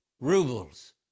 rubles